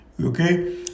Okay